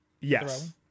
Yes